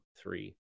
three